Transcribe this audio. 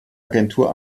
agentur